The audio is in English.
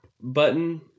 button